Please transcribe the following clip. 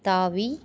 தாவி